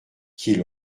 qu’il